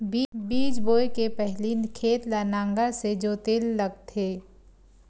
बीज बोय के पहिली खेत ल नांगर से जोतेल लगथे?